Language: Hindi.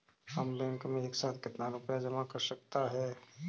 हम बैंक में एक साथ कितना रुपया जमा कर सकते हैं?